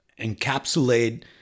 encapsulate